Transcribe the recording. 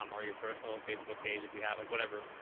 um or your personal facebook page, if you have like whatever,